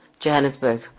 Johannesburg